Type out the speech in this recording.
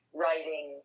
writing